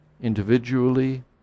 individually